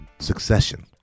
Succession